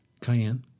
Cayenne